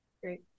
Great